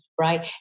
right